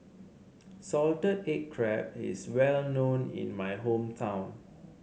Salted Egg Crab is well known in my hometown